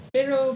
Pero